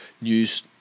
news